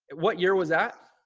what year was that?